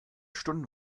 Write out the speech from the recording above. stunden